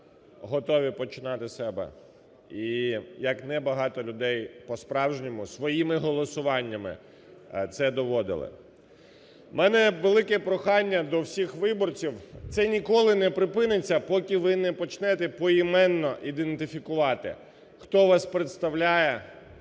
готові починати з себе і як небагато людей по-справжньому своїми голосування це доводили. У мене велике прохання до всіх виборців, це ніколи не припиниться, поки не почнете поіменно ідентифікувати, хто вас представляє,